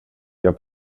jag